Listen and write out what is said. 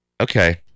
Okay